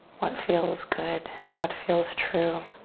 what feels good, what feels true.